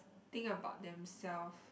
think about themselves